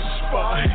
spy